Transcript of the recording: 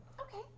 Okay